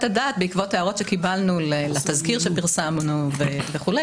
בעקבות הערות שקיבלנו לתזכיר שפרסמנו וכו',